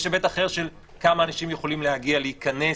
יש היבט אחר של כמה אנשים יכולים להגיע להיכנס.